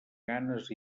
ganes